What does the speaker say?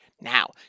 Now